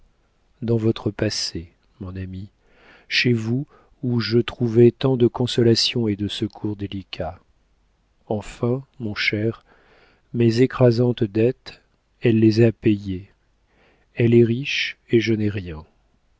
dans votre passé mon ami chez vous où je trouvais tant de consolations et de secours délicats enfin mon cher mes écrasantes dettes elle les a payées elle est riche et je n'ai rien